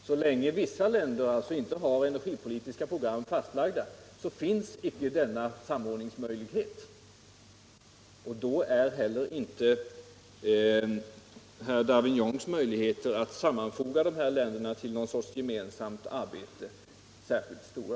Så länge vissa länder inte har energipolitiska program fastlagda finns icke denna samordningsmöjlighet, och då är heller inte herr Davignons möjligheter att sammanfoga de här länderna till någon sorts gemensamt arbete särskilt stora.